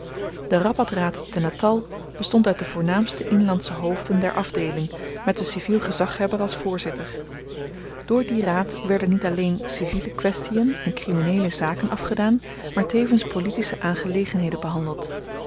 de rappatraad te natal bestond uit de voornaamste inlandsche hoofden der afdeeling met den civiel gezaghebber als voorzitter door dien raad werden niet alleen civiele kwestien en krimineele zaken afgedaan maar tevens politische aangelegenheden behandeld